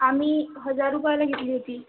आम्ही हजार रुपयाला घेतली होती